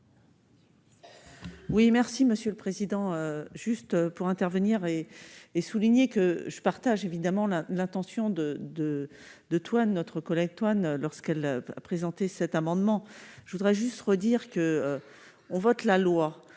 Oui, merci Monsieur le Président, juste pour intervenir et et souligné que je partage évidemment, on a l'intention de de de toi notre collègue Antoine lorsqu'elle a présenté cet amendement, je voudrais juste redire que on vote la loi